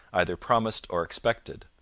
either promised or expected.